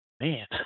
man